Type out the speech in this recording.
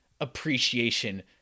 appreciation